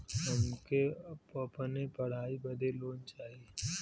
हमके अपने पढ़ाई बदे लोन लो चाही?